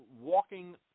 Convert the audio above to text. walking